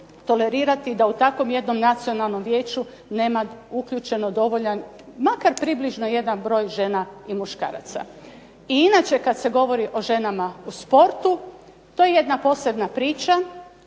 tolerirati da u takvom jednom Nacionalnom vijeću nema uključeno dovoljan, makar približno jednak broj žena i muškaraca. I inače kad se govori o ženama u sportu to je jedna posebna priča.